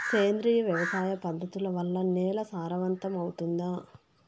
సేంద్రియ వ్యవసాయ పద్ధతుల వల్ల, నేల సారవంతమౌతుందా?